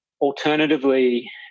alternatively